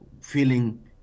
feeling